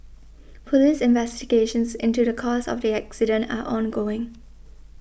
police investigations into the cause of the accident are ongoing